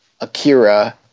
Akira